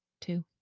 Two